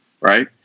Right